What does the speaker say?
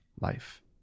life